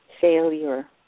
Failure